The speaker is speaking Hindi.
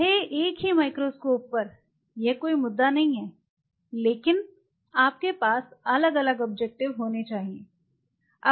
चाहे एक ही माइक्रोस्कोप पर यह कोई मुद्दा नहीं है लेकिन आपके पास अलग अलग ओब्जेक्टिवेस होने चाहिए हैं